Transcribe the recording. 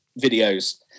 videos